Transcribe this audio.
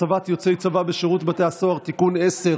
(הצבת יוצאי צבא בשירות בתי הסוהר) (תיקון מס' 10),